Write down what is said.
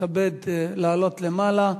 תתכבד לעלות למעלה.